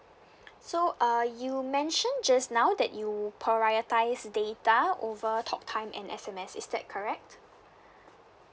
so uh you mention just now that you priorities data over talk time and S_M_S is that correct